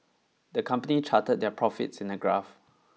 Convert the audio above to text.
the company charted their profits in a graph